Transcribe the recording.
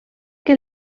que